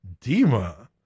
Dima